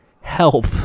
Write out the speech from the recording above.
Help